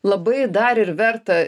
labai dar ir verta